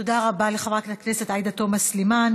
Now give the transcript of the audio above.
תודה רבה לחברת הכנסת עאידה תומא סלימאן.